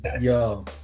Yo